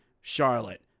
Charlotte